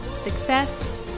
success